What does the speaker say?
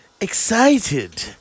excited